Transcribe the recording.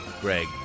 Greg